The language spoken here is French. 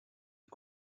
des